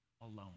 alone